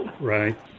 Right